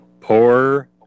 poor